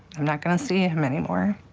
i'm not going to see him anymore.